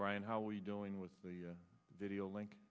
brian how were you doing with the video link